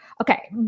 Okay